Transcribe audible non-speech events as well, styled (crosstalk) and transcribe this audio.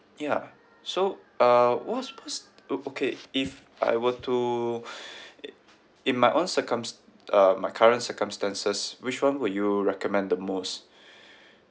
ya so uh what's what's o~ okay if I were to (breath) i~ in my own circums~ uh my current circumstances which one would you recommend the most (breath)